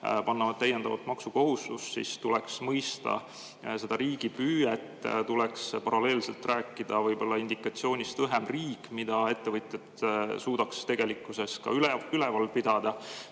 panna täiendavat maksukohustust, siis tuleks mõista seda riigi püüet. Tuleks paralleelselt rääkida indikatsioonist õhem riik, mida ettevõtjad suudaks tegelikkuses ka üleval pidada.